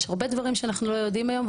יש הרבה דברים שאנחנו לא יודעים היום,